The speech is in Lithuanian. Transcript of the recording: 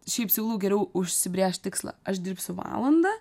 šiaip siūlau geriau užsibrėžt tikslą aš dirbsiu valandą